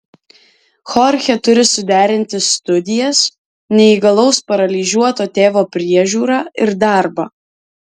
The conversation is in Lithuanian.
chorchė turi suderinti studijas neįgalaus paralyžiuoto tėvo priežiūrą ir darbą